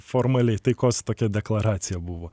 formaliai taikos tokia deklaracija buvo